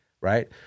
right